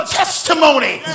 testimony